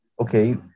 okay